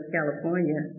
California